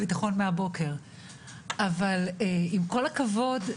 עם כל הכבוד,